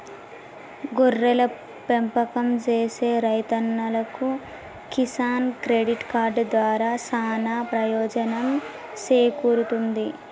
గొర్రెల పెంపకం సేసే రైతన్నలకు కిసాన్ క్రెడిట్ కార్డు దారా సానా పెయోజనం సేకూరుతుంది